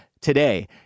today